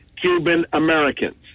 Cuban-Americans